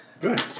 Good